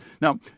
Now